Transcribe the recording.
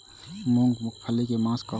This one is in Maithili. मूँग पकनी के मास कहू?